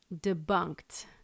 debunked